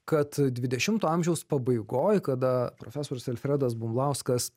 kad dvidešimto amžiaus pabaigoj kada profesorius alfredas bumblauskas